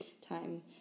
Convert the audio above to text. time